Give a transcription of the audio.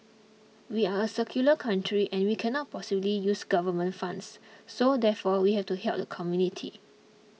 we are a secular country and we cannot possibly use government funds so therefore we have to help the community